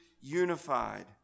unified